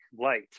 light